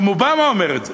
גם אובמה אומר את זה.